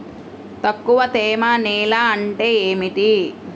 తక్కువ తేమ నేల అంటే ఏమిటి?